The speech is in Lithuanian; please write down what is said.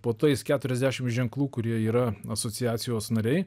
po tais keturiasdešim ženklų kurie yra asociacijos nariai